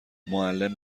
معلم